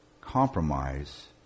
compromise